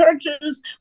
churches